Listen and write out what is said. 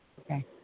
Okay